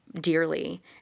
dearly